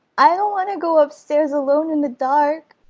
i don't want to go upstairs alone in the dark.